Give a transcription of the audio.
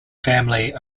family